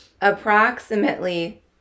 approximately